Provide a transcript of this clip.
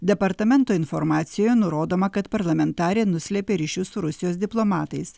departamento informacijoj nurodoma kad parlamentarė nuslėpė ryšius su rusijos diplomatais